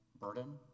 burden